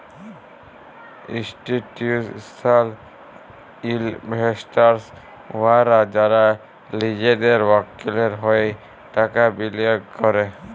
institutional investors উয়ারা যারা লিজেদের মক্কেলের হঁয়ে টাকা বিলিয়গ ক্যরে